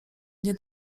nie